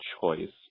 choice